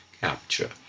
capture